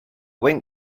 wink